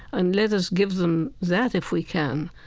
and let us give them that, if we can,